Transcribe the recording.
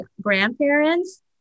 grandparents